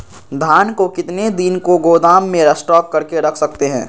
धान को कितने दिन को गोदाम में स्टॉक करके रख सकते हैँ?